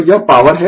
तो यह पॉवर है